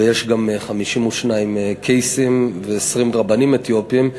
ויש גם 52 קייסים ו-20 רבנים אתיופים.